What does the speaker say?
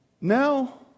Now